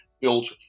built